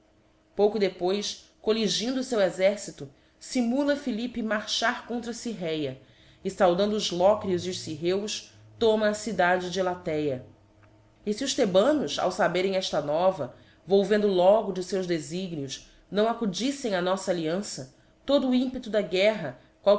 pouco depois couigindo o feu exercito fimúla philippe marchar contra cirrhéa e faudando os locrios e os cirrheus toma a cidade de elatéa e fe os thebanos ao faberem efta nova volvendo logo de feus deíignios não acudiítem á noífa alliança todo o impeto da guerra